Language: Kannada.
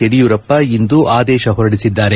ಯಡಿಯೂರಪ್ಪ ಇಂದು ಆದೇಶ ಹೊರಡಿಸಿದ್ದಾರೆ